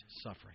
suffering